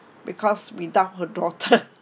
because without her daughter